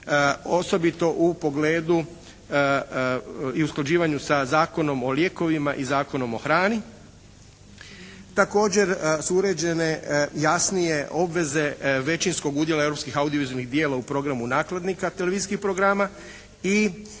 osobito u pogledu i usklađivanju sa Zakonom o lijekovima i Zakonom o hrani. Također su uređene jasnije obveze većinskog udjela europskih audiovizualnih djela u programu nakladnika televizijskih programa i udjela